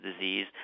disease